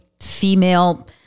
female